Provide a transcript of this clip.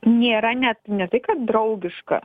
nėra net ne tai kad draugiška